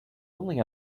only